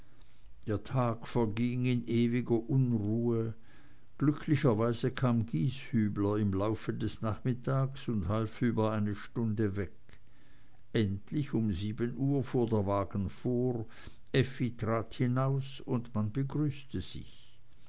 der tag verging in ewiger unruhe glücklicherweise kam gieshübler im laufe des nachmittags und half über eine stunde weg endlich um sieben uhr fuhr der wagen vor effi trat hinaus und man begrüßte sich